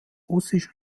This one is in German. russisch